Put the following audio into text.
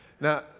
Now